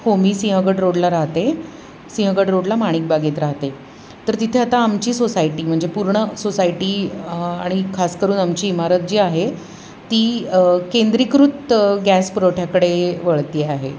हो मी सिंहगड रोडला राहते सिंहगड रोडला माणिक बागेत राहते तर तिथे आता आमची सोसायटी म्हणजे पूर्ण सोसायटी आणि खास करून आमची इमारत जी आहे ती केंद्रीकृत गॅस पुरवठ्याकडे वळते आहे